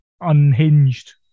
unhinged